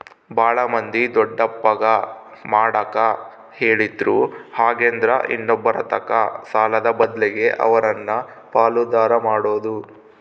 ಬಾಳ ಮಂದಿ ದೊಡ್ಡಪ್ಪಗ ಮಾಡಕ ಹೇಳಿದ್ರು ಹಾಗೆಂದ್ರ ಇನ್ನೊಬ್ಬರತಕ ಸಾಲದ ಬದ್ಲಗೆ ಅವರನ್ನ ಪಾಲುದಾರ ಮಾಡೊದು